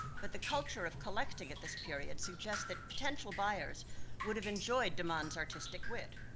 but the culture of collecting at this period suggests that potential buyers would have enjoyed de man's artistic wit.